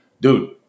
dude